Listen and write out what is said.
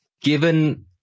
given